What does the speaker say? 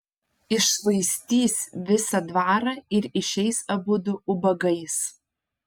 iššvaistys visą dvarą ir išeis abudu ubagais